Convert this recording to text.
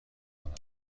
کنم